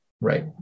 right